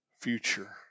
future